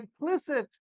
implicit